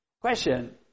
Question